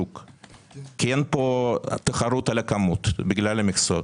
אין פה תחרות על הכמות בגלל המכסות